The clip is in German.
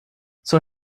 zur